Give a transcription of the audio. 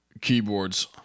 Keyboards